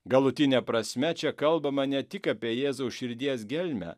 galutine prasme čia kalbama ne tik apie jėzaus širdies gelmę